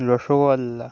rasgulla